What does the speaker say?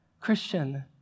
Christian